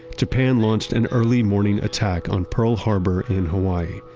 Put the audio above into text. japan launched an early morning attack on pearl harbor in hawaii.